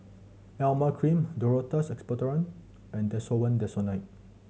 Emla Cream Duro Tuss Expectorant and Desowen Desonide